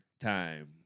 time